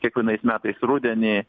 kiekvienais metais rudenį